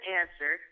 answer